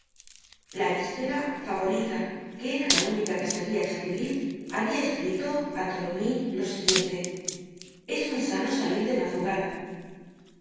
la víspera favorita que era la única que sabia escribir habia escrito á tholomyes lo siguiente es muy sano salir de madrugada